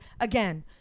again